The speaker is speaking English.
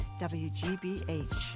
WGBH